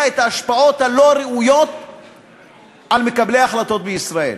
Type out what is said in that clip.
את ההשפעות הלא-ראויות על מקבלי ההחלטות בישראל.